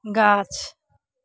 गाछ